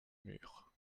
mûres